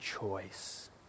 choice